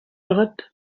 الغد